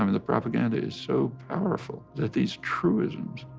um the propaganda is so powerful that these truisms,